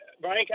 Brian